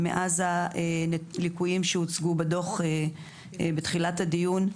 מאז הליקויים שהוצגו בדוח בתחילת הדיון,